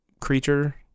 creature